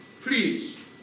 please